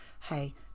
Hey